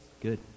Good